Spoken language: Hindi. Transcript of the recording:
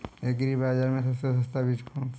एग्री बाज़ार में सबसे सस्ता बीज कौनसा है?